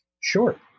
Sure